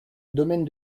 domaine